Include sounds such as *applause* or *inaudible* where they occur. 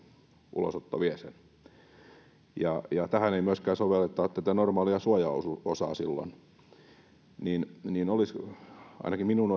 ulosotto vie sen tähän ei myöskään sovelleta tätä normaalia suojaosaa silloin ainakin minun *unintelligible*